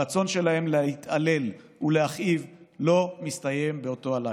הרצון שלהם להתעלל ולהכאיב לא מסתיים באותו הלילה.